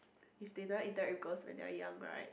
if they don't interact with girls when they're young right